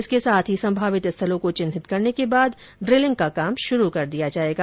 इसके साथ ही संभावित स्थलों को चिन्हित करने के बाद ड्रिलिंग का काम शुरू किया जाएगा